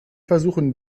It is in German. versuchen